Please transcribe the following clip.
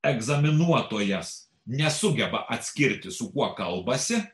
egzaminuotojas nesugeba atskirti su kuo kalbasi